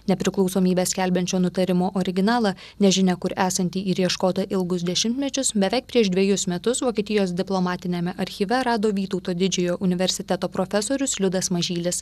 nepriklausomybę skelbiančio nutarimo originalą nežinia kur esantį ir ieškotą ilgus dešimtmečius beveik prieš dvejus metus vokietijos diplomatiniame archyve rado vytauto didžiojo universiteto profesorius liudas mažylis